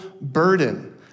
burden